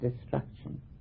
destruction